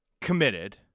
committed